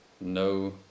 no